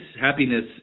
Happiness